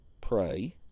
pray